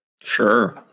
Sure